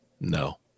No